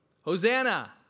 Hosanna